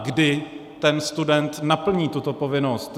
Kdy ten student naplní tuto povinnost?